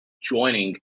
joining